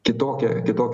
kitokia užduotis ir